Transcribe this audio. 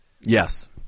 Yes